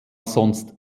sonst